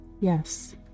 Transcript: yes